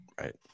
Right